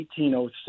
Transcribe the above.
1806